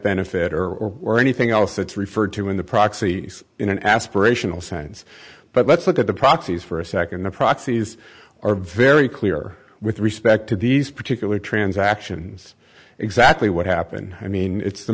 benefit or or or anything else that's referred to in the proxy in an aspirational sense but let's look at the proxies for a second the proxies are very clear with respect to these particular transaction it's exactly what happened i mean it's the